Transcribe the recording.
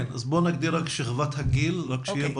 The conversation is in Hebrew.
בואי נגדיר את שכבת הגיל שיהיה ברור.